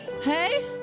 Hey